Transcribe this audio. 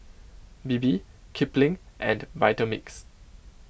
Bebe Kipling and Vitamix